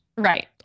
Right